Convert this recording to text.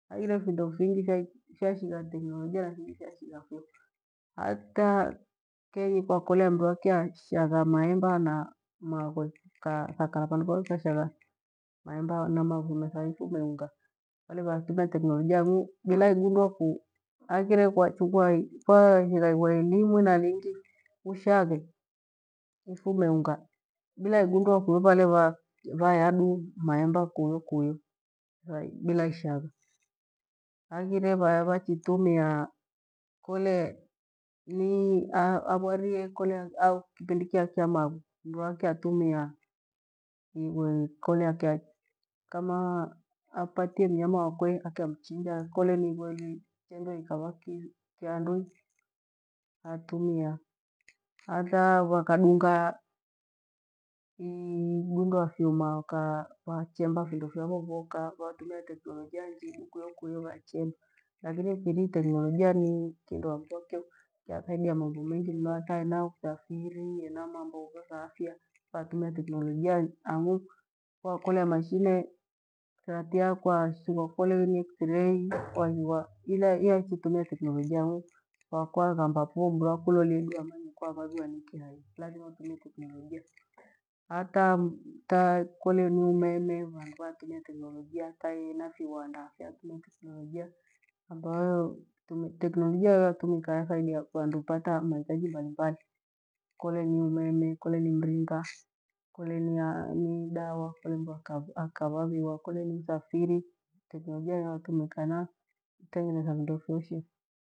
Haghire findo fingi vyai- yvashigha teknolojia lakini vashigha kwio. Hataa Kei kwakolea mndu akia shagha maemba na magwe kathakala vandu vaekushagha maemba na mavuno thaithi umeunga. Wale vathina tekinolojia awuu bila iundua ku- aghire kwachukwai kwa aghira igwe elimu na lingi ushaghe. Ufume unga bila igundue kuweva leva vayaduu mayemba kuyu kuyu vai bila ishagha. Haghire vaya vachitumia kole lii- a- avwarie kole agh- au kipindi kya- kya mawe mndu ake atumia, igwe kolekyak. Kamaa apate mnyama wakwe kamchinja, kole nigweli chendu ikawa ki- kyandu hatumia. Hata wakadunga i- i- i- igundua vyuma wakaa wachemba findo fyao vovoka watumia teknolojia njidu kuyokuyo ghakyenda. Lakini mfiri tekinolojia ni- i kindo ambokye kyathaidia mambo mengi mathae nakuthafiri ena mambo we thaafya waumia teknolojia. Angu, Kwakolea mashine theatia kwa shigwa kole ini exray kwahiwa ile yakitumia teknolojia ang'u wakwaghamba pho mru akulolie duamanyi kwahawajwa nikei hai, lathima utumie teknolojia. Hata taa, kole ni umeme vandu vatumia teknolojia thaina viwanda vyatumia tekinolojia ambayoo tume- tekinolojia hiyo hiyo yaumika ethaidia vandu pata mahitaji mbalimbalia kole ni umeme, kole ni mringa, kole ni- a- ah- ni dawa kole mndu akavu- akawaviwa, kole ni uthafiri tekinolojia inatumika kana tengenetha vindu vyoshe